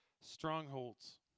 strongholds